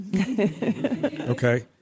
Okay